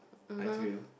I